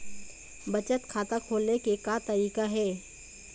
बचत खाता खोले के का तरीका हे?